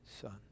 Son